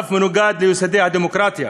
ואף מנוגד ליסודות הדמוקרטיה.